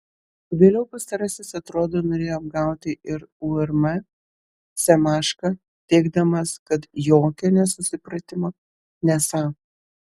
vėliau pastarasis atrodo norėjo apgauti ir urm semašką teigdamas kad jokio nesusipratimo nesą